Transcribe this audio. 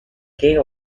gay